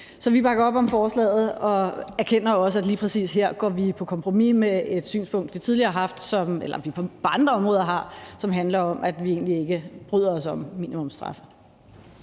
Så vi bakker op om forslaget og erkender også, at lige præcis her går vi på kompromis med et synspunkt, som vi har på andre områder, og som handler om, at vi egentlig ikke bryder os om minimumsstraf.